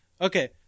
Okay